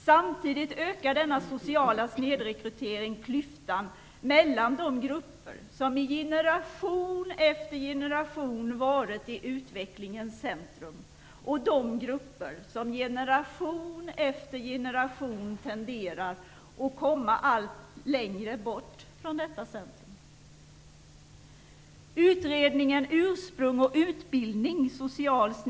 Samtidigt ökar denna sociala snedrekrytering klyftan mellan de grupper som i generation efter generation varit i utvecklingens centrum och de grupper som i generation efter generation tenderar att komma allt längre bort från detta centrum.